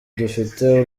dufite